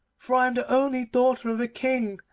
for i am the only daughter of a king,